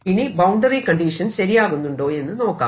ഇനി boundary condition ശരിയാകുന്നുണ്ടോയെന്നു നോക്കാം